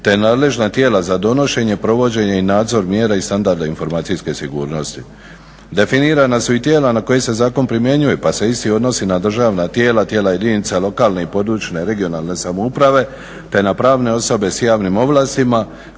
te nadležna tijela za donošenje, provođenje i nadzor mjera i standarda informacijske sigurnosti. Definirana su i tijela na koji se zakon primjenjuje pa se isti odnosi na državna tijela, tijela jedinice lokalne i područne (regionalne) samouprave te na pravne osobe s javnim ovlastima